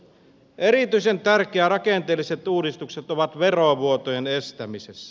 erityisen tärkeitä rakenteelliset uudistukset ovat verovuotojen estämisessä